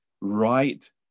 right